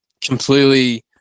completely